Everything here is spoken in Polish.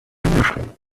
myślał